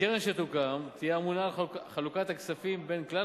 הקרן שתוקם תהיה אמונה על חלוקת הכספים בין כלל